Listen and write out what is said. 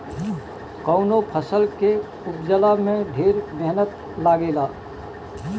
कवनो फसल के उपजला में ढेर मेहनत लागेला